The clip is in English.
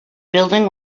building